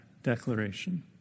declaration